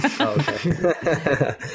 Okay